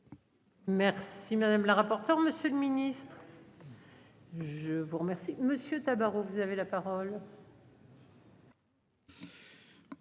Merci madame la rapporteure. Monsieur le Ministre. Je vous remercie monsieur Tabarot. Vous avez la parole.